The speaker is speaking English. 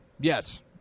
Yes